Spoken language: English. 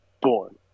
born